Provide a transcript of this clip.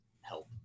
help